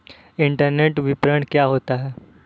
Internet विपणन क्या होता है?